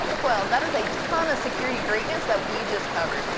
well that is a ton of security greatness that we just covered.